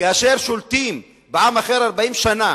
כאשר שולטים בעם אחר 40 שנה